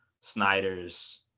Snyder's